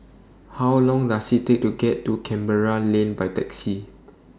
How Long Does IT Take to get to Canberra Lane By Taxi